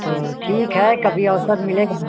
तो ठीक है कभी अवसर मिलेगा